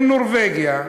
אם נורבגיה,